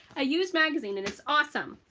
a used magazine. and it's awesome.